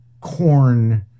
Corn